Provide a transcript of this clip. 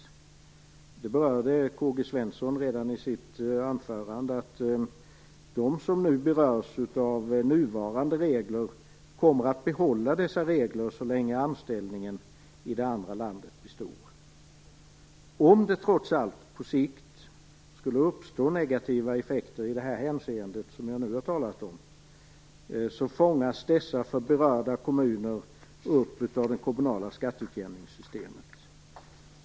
Det berörde K-G Svenson redan i sitt anförande. De som berörs av nuvarande regler kommer att behålla dessa regler så länge anställningen i det andra landet består. Om det trots allt på sikt skulle uppstå negativa effekter i det hänseende som jag nu har talat om, fångas de berörda kommunerna upp av det kommunala skatteutjämningssystemet.